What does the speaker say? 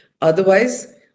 Otherwise